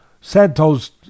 Santos